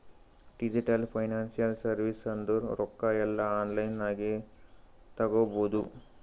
digital financial service ಅಂದುರ್ ರೊಕ್ಕಾ ಎಲ್ಲಾ ಆನ್ಲೈನ್ ನಾಗೆ ತಗೋಬೋದು